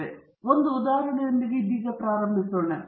ಇದೀಗ ಒಂದು ಉದಾಹರಣೆಯೊಂದಿಗೆ ಪ್ರಾರಂಭಿಸೋಣ